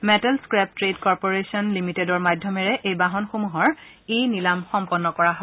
metal Scrap Trade Corporation লিমিটেডৰ মাধ্যমেৰে এই বাহন সমূহৰ ই নিলাম সম্পন্ন কৰা হয়